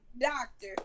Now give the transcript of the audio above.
doctor